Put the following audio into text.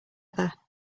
other